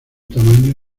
tamaño